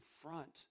front